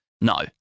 No